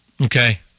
okay